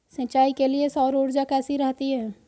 सिंचाई के लिए सौर ऊर्जा कैसी रहती है?